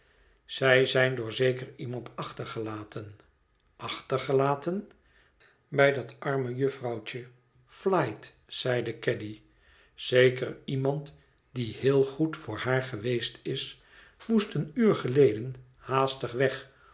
zij zijn door zeker iemand achtergelaten achtergelaten bij dat arme jufvrouwtje flite zeide caddy zeker iemand die heel goed voor haar geweest is moest een uur geleden haastig weg